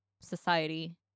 society